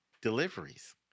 deliveries